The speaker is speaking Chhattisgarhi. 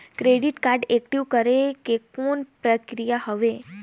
क्रेडिट कारड एक्टिव करे के कौन प्रक्रिया हवे?